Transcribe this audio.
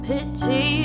Pity